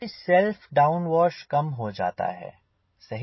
क्योंकि self downwash कम हो जाता है सही